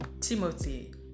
Timothy